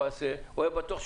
וביצענו גם